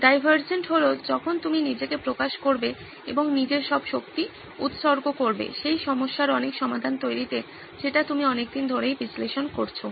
divergent হলো যখন তুমি নিজেকে প্রকাশ করবে এবং নিজের সব শক্তি উৎসর্গ করবে সেই সমস্যার অনেক সমাধান তৈরিতে যেটা তুমি অনেকদিন ধরেই বিশ্লেষণ করছো